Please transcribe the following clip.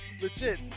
legit